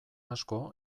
asko